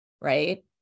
right